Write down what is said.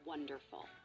Wonderful